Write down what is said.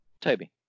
Toby